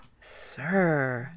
Sir